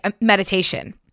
meditation